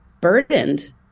burdened